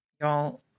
Y'all